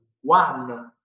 One